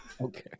okay